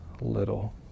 little